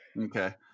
Okay